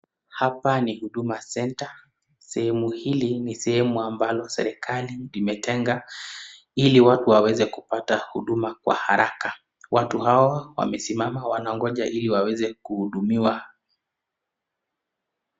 Hawani huduma centre, sehemu hili ni sehemu ambalo serikali imetenga ili watu waweze kupata huduma kwa haraka. Watu hawa wamesimama wanangoja ili waweze kuhudumiwa.